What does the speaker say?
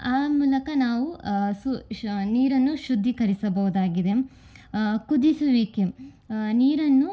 ಆ ಮೂಲಕ ನಾವು ಸು ಶ ನೀರನ್ನು ಶುದ್ಧೀಕರಿಸಬಹುದಾಗಿದೆ ಕುದಿಸುವಿಕೆ ನೀರನ್ನು